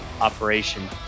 operation